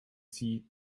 sie